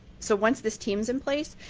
so once this team is in place,